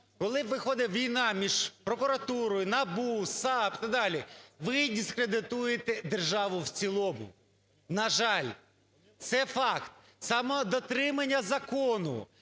коли проходить війна між прокуратурою, НАБУ, САП і так далі. Ви дискредитує державу в цілому, на жаль, це факт. Саме дотримання закону,